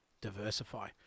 diversify